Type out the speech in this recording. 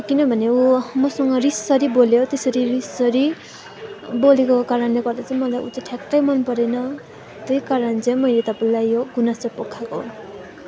किनभने ऊ मसँग रिससरी बोल्यो त्यसरी रिससरी बोलेको कारणले गर्दा चाहिँ मलाई ऊ चाहिँ ठ्याक्कै मनपरेन त्यही कारण चाहिँ मैले तपाईँलाई यो गुनासो पोखाएको